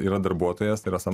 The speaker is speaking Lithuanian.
yra darbuotojas yra